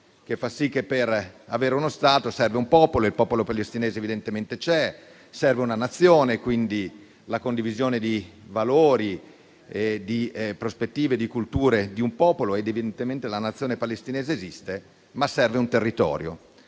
si dice che per avere uno Stato serve un popolo e il popolo palestinese evidentemente c'è; serve una Nazione e, quindi, la condivisione di valori, di prospettive e di culture di un popolo ed evidentemente la Nazione palestinese esiste; serve però un territorio